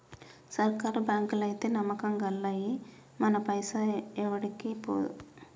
సర్కారు బాంకులైతే నమ్మకం గల్లయి, మన పైస ఏడికి పోదు